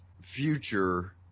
future